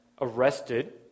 arrested